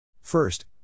First